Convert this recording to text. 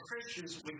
Christians